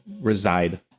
reside